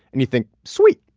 and you think, sweet.